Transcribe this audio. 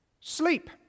Sleep